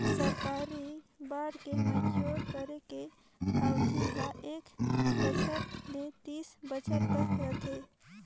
सरकारी बांड के मैच्योर करे के अबधि हर एक बछर ले तीस बछर तक रथे